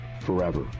forever